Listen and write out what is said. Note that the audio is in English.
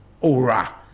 aura